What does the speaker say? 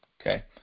Okay